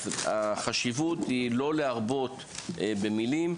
אז החשיבות היא לא להרבות במילים,